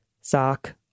Sock